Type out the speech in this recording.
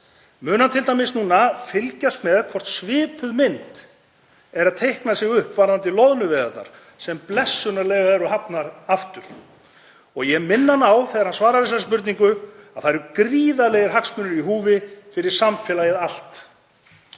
Mun hann t.d. fylgjast með hvort svipuð mynd er að teikna sig upp varðandi loðnuveiðarnar sem blessunarlega eru hafnar aftur? Ég minni hann á, þegar hann svarar þessari spurningu, að gríðarlegir hagsmunir eru í húfi fyrir samfélagið allt.